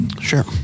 Sure